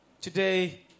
today